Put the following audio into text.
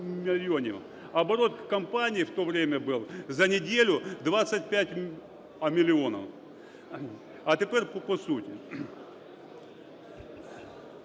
Оборот компанії в то время был за неделю 25 миллионов. А тепер по суті.